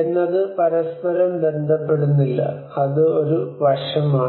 എന്നത് പരസ്പരം ബന്ധപ്പെടുന്നില്ല അത് ഒരു വശമാണ്